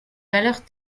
valeurs